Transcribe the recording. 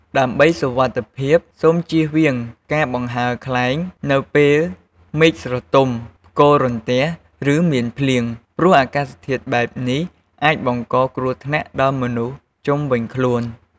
ដើម្បីសុវត្ថិភាព សូម ជៀសវាងការបង្ហើរខ្លែង នៅពេលមេឃស្រទំ ផ្គររន្ទះ ឬមានភ្លៀង ព្រោះអាកាសធាតុបែបនេះអាចបង្កគ្រោះថ្នាក់ដល់មនុស្សជុំវិញខ្លួន។